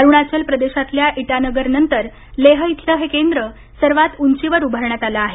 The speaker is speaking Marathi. अरुणाचल प्रदेशातल्या इटानगर नंतर लेह इथलं हे केंद्र सर्वात उंचीवर उभारण्यात आलं आहे